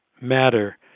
matter